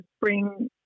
bring